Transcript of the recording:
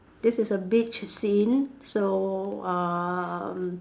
this is a beach scene so uh